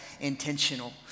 intentional